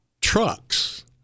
trucks